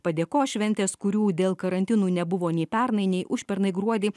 padėkos šventės kurių dėl karantinų nebuvo nei pernai nei užpernai gruodį